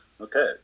okay